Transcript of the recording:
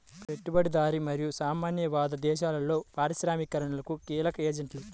పెట్టుబడిదారీ మరియు సామ్యవాద దేశాలలో పారిశ్రామికీకరణకు కీలక ఏజెంట్లు